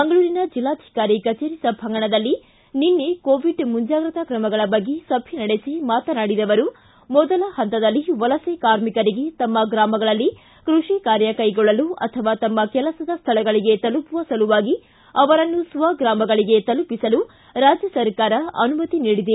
ಮಂಗಳೂರಿನ ಜಿಲ್ಲಾಧಿಕಾರಿ ಕಚೇರಿ ಸಭಾಂಗಣದಲ್ಲಿ ನಿನ್ನೆ ಕೋವಿಡ್ ಮುಂಜಾಗ್ರತಾ ಕ್ರಮಗಳ ಬಗ್ಗೆ ಸಭೆ ನಡೆಸಿ ಮಾತನಾಡಿದ ಅವರು ಮೊದಲ ಹಂತದಲ್ಲಿ ವಲಸೆ ಕಾರ್ಮಿಕರಿಗೆ ತಮ್ಮ ಗ್ರಾಮಗಳಲ್ಲಿ ಕ್ಪಷಿ ಕಾರ್ಯ ಕೈಗೊಳ್ಳಲು ಅಥವಾ ತಮ್ನ ಕೆಲಸದ ಸ್ಟಳಗಳಿಗೆ ತಲುಪುವ ಸಲುವಾಗಿ ಅವರನ್ನು ಸ್ವಗ್ರಾಮಗಳಿಗೆ ತಲುಪಿಸಲು ರಾಜ್ಯ ಸರಕಾರ ಅನುಮತಿ ನೀಡಿದೆ